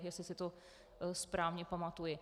Jestli si to správně pamatuji.